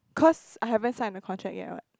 cause I haven't sign the contract yet [what]